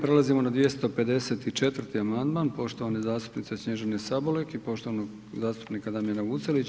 Prelazimo na 254. amandman poštovane zastupnice Snježane Sabolek i poštovanog zastupnika Damjana Vucelića.